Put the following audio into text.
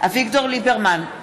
אביגדור ליברמן,